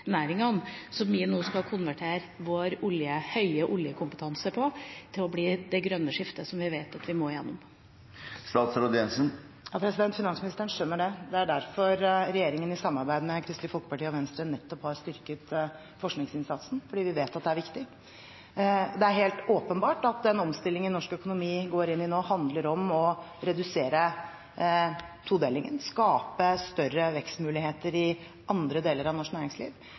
som vi nå skal konvertere vår høye oljekompetanse til for å få til det grønne skiftet som vi vet at vi må igjennom? Ja, finansministeren skjønner det. Det er derfor regjeringen i samarbeid med Kristelig Folkeparti og Venstre nettopp har styrket forskningsinnsatsen – fordi vi vet at det er viktig. Det er helt åpenbart at den omstillingen norsk økonomi går inn i nå, handler om å redusere todelingen, skape større vekstmuligheter i andre deler av norsk næringsliv,